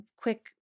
quick